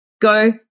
go